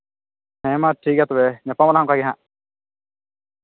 ᱦᱮᱸ ᱢᱟ ᱴᱷᱤᱠ ᱜᱮᱭᱟ ᱛᱚᱵᱮ ᱧᱟᱯᱟᱢ ᱟᱞᱟᱝ ᱚᱝᱠᱟ ᱜᱮ ᱦᱟᱸᱜ